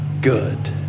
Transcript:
good